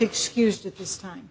excused at this time